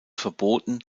verboten